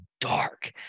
dark